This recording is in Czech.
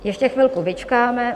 Ještě chvilku vyčkáme.